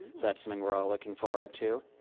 so that's something we're all looking forward to.